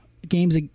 Games